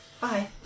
Bye